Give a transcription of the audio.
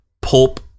pulp